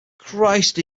christ